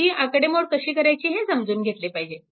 ही आकडेमोड कशी करायची हे समजून घेतले पाहिजे